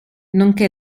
nonché